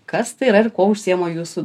kas tai yra ir kuo užsiima jūsų